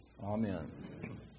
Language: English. Amen